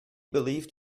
believed